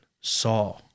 saw